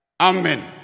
Amen